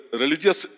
religious